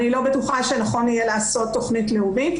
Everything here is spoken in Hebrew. אני לא בטוחה שנכון יהיה לעשות תוכנית לאומית,